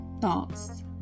Thoughts